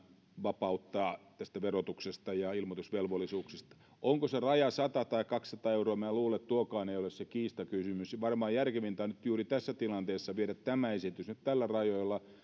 vapauttaa verotuksesta ja ilmoitusvelvollisuuksista onko se raja sata vai kaksisataa euroa luulen että tuokaan ei ole se kiistakysymys varmaan järkevintä on juuri tässä tilanteessa viedä tämä esitys nyt tällä rajalla